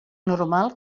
normal